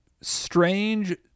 strange